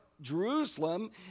Jerusalem